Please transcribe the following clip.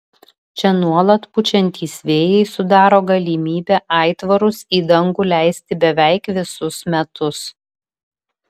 čia nuolat pučiantys vėjai sudaro galimybę aitvarus į dangų leisti beveik visus metus